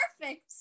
perfect